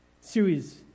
series